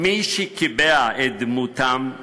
מי שקיבע את דמותם,